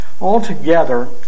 Altogether